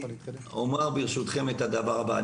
אומר, ברשותכם, את הדבר הבא.